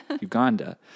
Uganda